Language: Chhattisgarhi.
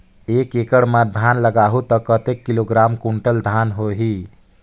एक एकड़ मां धान लगाहु ता कतेक किलोग्राम कुंटल धान होही?